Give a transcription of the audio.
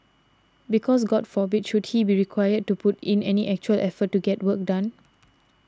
because god forbid should he be required to put in any actual effort to get work done